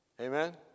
Amen